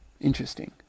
interesting